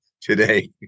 today